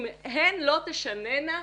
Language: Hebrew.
אם הן לא תשננה,